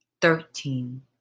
thirteen